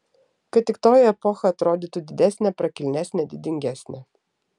kad tik toji epocha atrodytų didesnė prakilnesnė didingesnė